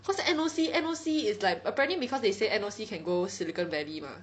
cause N_O_C N_O_C is like apparently cause they say N_O_C can go Silicon Valley mah